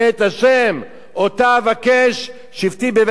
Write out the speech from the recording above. אותה אבקש שבתי בבית ה' כל ימי חיי".